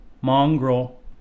Mongrel